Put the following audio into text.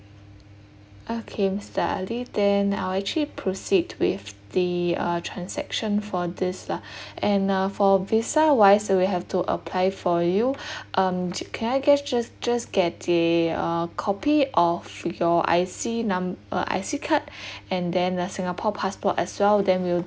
okay mister ali then I'll actually proceed with the uh transaction for this lah and uh for visa wise we have to apply for you um can I just just get the uh copy of your I_C numb~ uh I_C card and then a singapore passport as well then we'll